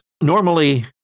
Normally